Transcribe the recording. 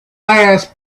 mass